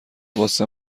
واسه